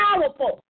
powerful